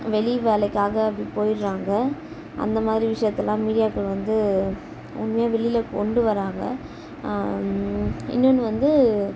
வெளி வேலைக்காக அப்படி போயிட்றாங்க அந்த மாதிரி விஷயத்தைலாம் மீடியாக்கள் வந்து உண்மையை வெளியில கொண்டு வராங்க இன்னொன்று வந்து